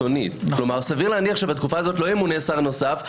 סביר שבתקופה הזו לא ימונה שר נוסף.